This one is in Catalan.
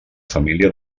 família